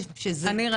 כן.